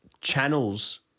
channels